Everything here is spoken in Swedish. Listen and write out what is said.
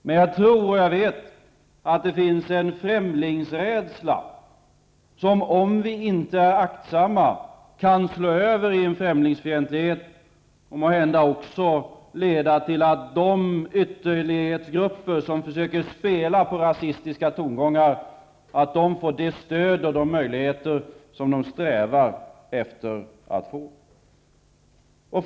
Men jag vet att det finns en främlingsrädsla som om vi inte är aktsamma kan slå över i en främlingsfientlighet och måhända också leda till att de ytterlighetsgrupper som försöker spela på rasistiska tongångar får det stöd och de möjligheter som de eftersträvar.